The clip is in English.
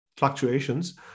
Fluctuations